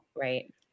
right